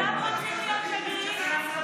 כולם רוצים להיות שגרירים.